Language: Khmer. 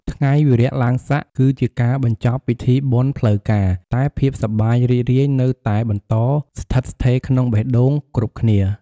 ថ្ងៃវារៈឡើងស័កគឺជាការបញ្ចប់ពិធីបុណ្យផ្លូវការ តែភាពសប្បាយរីករាយនៅតែបន្តស្ថិតស្ថេរក្នុងបេះដូងគ្រប់គ្នា។